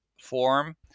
form